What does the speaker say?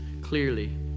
clearly